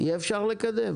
יהיה אפשר לקדם,